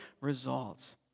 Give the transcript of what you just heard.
results